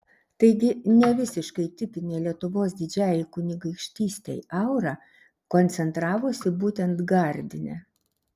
taigi ne visiškai tipinė lietuvos didžiajai kunigaikštystei aura koncentravosi būtent gardine